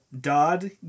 Dodd